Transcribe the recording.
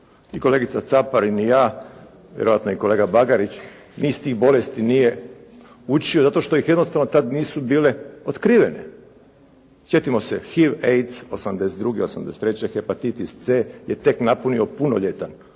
I kolegica Caparin i ja, vjerojatno i kolega Bagarić, niz tih bolesti nije učio, zato što ih jednostavno tada nisu bile otkrivene. Sjetimo se HIV, AIDS 1982., 1983., hepatitis C je tek napunio punoljetan,